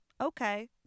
Okay